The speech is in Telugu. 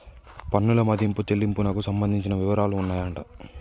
పన్నుల మదింపు చెల్లింపునకు సంబంధించిన వివరాలు ఉన్నాయంట